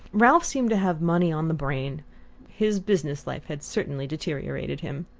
ralph seemed to have money on the brain his business life had certainly deteriorated him.